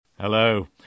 Hello